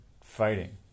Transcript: fighting